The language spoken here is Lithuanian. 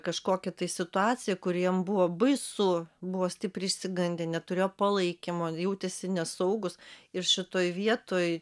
kažkokia tai situacija kur jam buvo baisu buvo stipriai išsigandę neturėjo palaikymo jautėsi nesaugūs ir šitoj vietoj